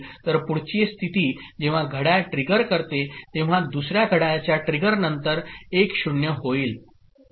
तर पुढचे स्थिती जेव्हा घड्याळ ट्रिगर करते तेव्हा दुसर्या घड्याळाच्या ट्रिगर नंतर 1 0 होईल